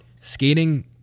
skating